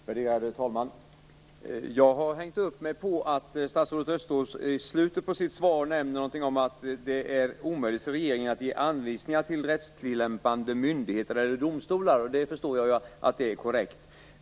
Värderade talman! Jag har hängt upp mig på att statsrådet Östros i slutet på sitt svar nämner att det är omöjligt för regeringen att ge anvisningar till rättstillämpande myndigheter eller domstolar. Det förstår jag.